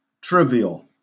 trivial